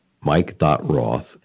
mike.roth